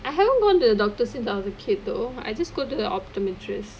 I haven't gone to the doctor since I was a kid though I just go to the optometrist